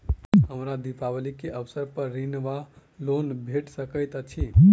हमरा दिपावली केँ अवसर पर ऋण वा लोन भेट सकैत अछि?